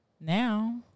Now